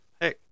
Hey